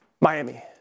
Miami